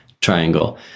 triangle